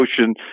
Ocean